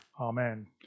Amen